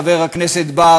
חבר הכנסת בר,